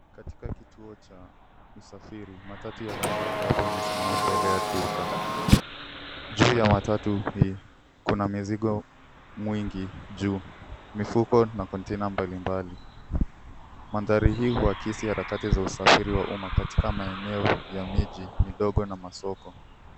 Katika kituo cha msafiri, matatu ya rangi ya njano imesimama mbele ya duka. Juu ya matatu hii, kuna mizigo mwingi juu, mifuko na container mbalimbali. Mandhari hii huakisi harakati za usafiri wa umma katika maeneo ya miji midogo na masoko.